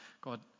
God